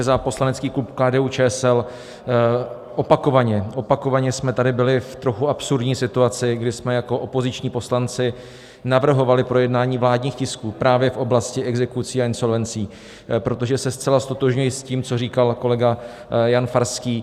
Za poslanecký klub KDUČSL opakovaně, opakovaně jsme tady byli v trochu absurdní situaci, kdy jsme jako opoziční poslanci navrhovali projednání vládních tisků právě v oblasti exekucí a insolvencí, protože se zcela ztotožňuji s tím, co říkal kolega Jan Farský.